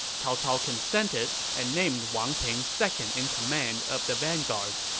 cao cao consented and named wang ping second in command of the vanguard.